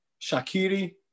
Shakiri